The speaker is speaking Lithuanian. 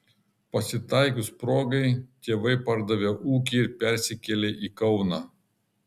pasitaikius progai tėvai pardavė ūkį ir persikėlė į kauną